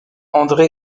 andré